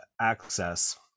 access